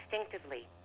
instinctively